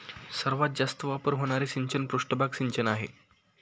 सर्वात जास्त वापर होणारे सिंचन पृष्ठभाग सिंचन आहे